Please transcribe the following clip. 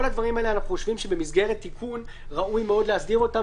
אנחנו חושבים שבמסגרת תיקון ראוי להסדיר את כל הדברים האלה,